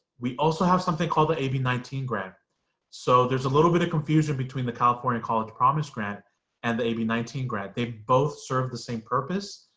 we also have something called the ab nineteen grant so there's a little bit of confusion between the california college promise grant and the ab nineteen grant, they both serve the same purpose.